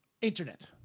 Internet